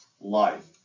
life